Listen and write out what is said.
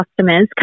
customers